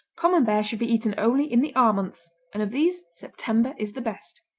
camembert should be eaten only in the r months, and of these september is the best.